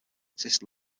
exist